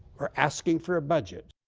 or asking for a budget